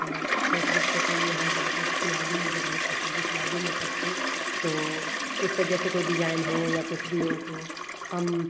और फेसबुक पे तो ये है जो मतलब सिलाई भी मुझे बहुत पसंद है सिलाई भी मैं करती हूँ तो उस पे जैसे कोई डिज़ाइन हो या कुछ भी हो तो हम